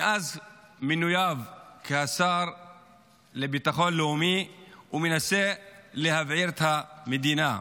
מאז מינויו כשר לביטחון לאומי הוא מנסה להבעיר את המדינה.